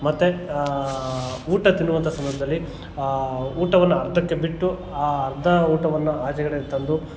ಮತ್ತು ಊಟ ತಿನ್ನುವಂಥ ಸಂದರ್ಭದಲ್ಲಿ ಆ ಊಟವನ್ನು ಅರ್ಧಕ್ಕೆ ಬಿಟ್ಟು ಆ ಅರ್ಧ ಊಟವನ್ನು ಆಚೆ ಕಡೆಗೆ ತಂದು